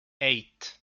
eight